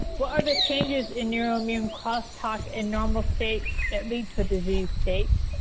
what are the changes in neuro immune cross talk and normal state that lead to disease state.